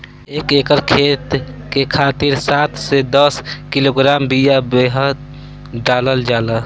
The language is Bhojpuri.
एक एकर खेत के खातिर सात से दस किलोग्राम बिया बेहन डालल जाला?